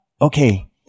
okay